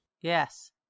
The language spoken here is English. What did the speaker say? Yes